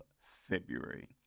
February